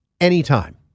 anytime